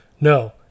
No